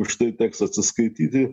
už tai teks atsiskaityti